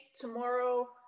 tomorrow